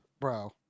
Bro